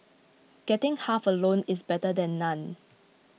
getting half a loaf is better than none